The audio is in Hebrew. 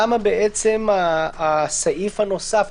למה בעצם הסעיף הנוסף,